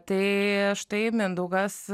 tai štai mindaugas